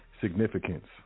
significance